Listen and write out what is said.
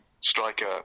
striker